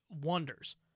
wonders